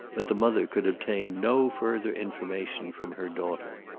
but the mother could obtain no further information from her daughter.